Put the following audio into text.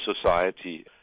society